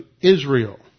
Israel